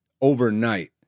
overnight